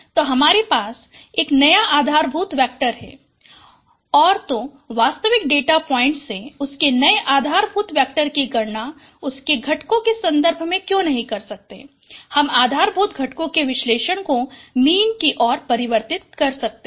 तो हमारे पास एक नया आधारभूत वेक्टर है और तो वास्तविक डेटा पॉइंट्स से उसके नए आधारभूत वेक्टर की गणना उसके घटकों के संदर्भ में क्यों नहीं कर सकते हम आधारभूत घटकों के विशलेषण को मीन की ओर परिवर्तित कर सकते हैं